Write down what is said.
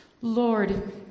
Lord